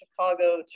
chicago